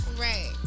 Right